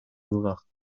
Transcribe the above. gedrag